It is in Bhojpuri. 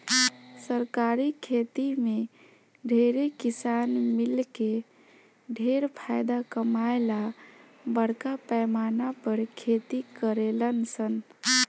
सरकारी खेती में ढेरे किसान मिलके ढेर फायदा कमाए ला बरका पैमाना पर खेती करेलन सन